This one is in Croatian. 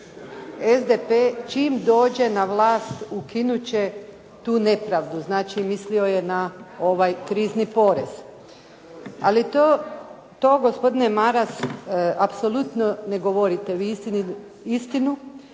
SDP čim dođe na vlast, ukinut će tu nepravdu, znači mislio je na ovaj krizni porez. Ali to gospodine Maras apsolutno ne govorite vi istinu